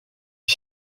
est